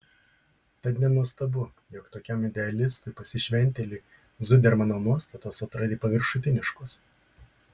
tad nenuostabu jog tokiam idealistui pasišventėliui zudermano nuostatos atrodė paviršutiniškos